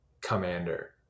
commander